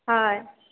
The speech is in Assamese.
হয়